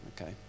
okay